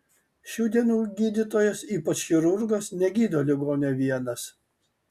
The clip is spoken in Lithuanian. šių dienų gydytojas ypač chirurgas negydo ligonio vienas